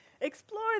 explore